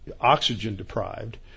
oxygen-deprived